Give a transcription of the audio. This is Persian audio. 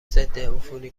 ضدعفونی